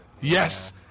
Yes